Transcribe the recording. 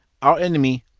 our enemy,